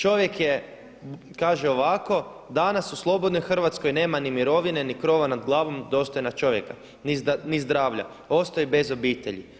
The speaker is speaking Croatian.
Čovjek je, kaže ovako: „Danas u slobodnoj Hrvatskoj nema ni mirovine, ni krova nad glavom dostojna čovjeka, ni zdravlja.“ Ostao je bez obitelji.